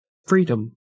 Freedom